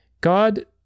God